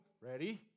ready